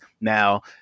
now